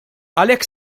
għalhekk